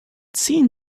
seen